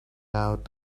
out